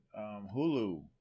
Hulu